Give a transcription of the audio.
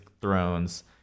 Thrones